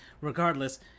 regardless